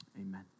Amen